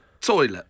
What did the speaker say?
toilet